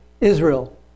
Israel